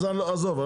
עזוב,